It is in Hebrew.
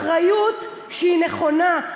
אחריות שהיא נכונה,